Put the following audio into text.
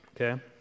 okay